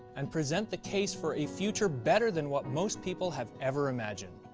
and present the case for a future better than what most people have ever imagined.